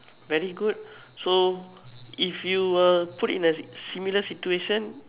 very good so if you were put in a similar situation